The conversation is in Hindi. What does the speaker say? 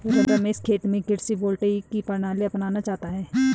रमेश खेत में कृषि वोल्टेइक की प्रणाली अपनाना चाहता है